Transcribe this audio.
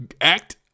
act